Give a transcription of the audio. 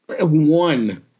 One